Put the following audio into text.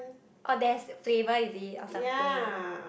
oh there's flavor easy or something